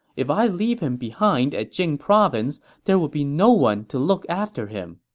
if i leave him behind at jing province, there would be no one to look after him.